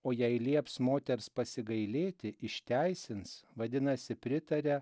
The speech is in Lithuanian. o jei lieps moters pasigailėti išteisins vadinasi pritaria